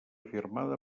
firmada